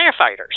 firefighters